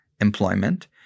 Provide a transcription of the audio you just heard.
employment